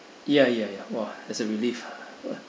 ya ya ya !wah! that's a relief ah